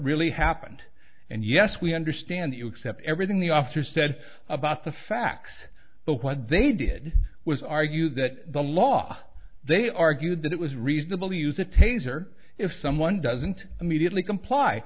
really happened and yes we understand you accept everything the officer said about the facts but what they did was argue that the law they argued that it was reasonable to use a taser if someone doesn't immediately comply